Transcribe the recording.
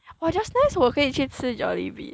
!wah! just nice 我可以去吃 Jollibee